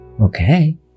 Okay